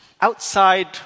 outside